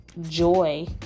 joy